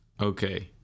Okay